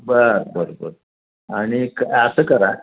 बरं बरं बरं आणि क असं करा